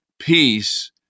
peace